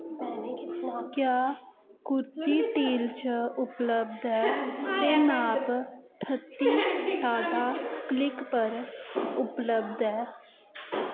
क्या कुर्ती टील च उपलब्ध ऐ ते नाप ठत्ती टाटा क्लिक पर उपलब्ध ऐ